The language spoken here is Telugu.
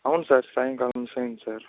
అవును సార్ సాయంకాలం మిస్ అయ్యింది సార్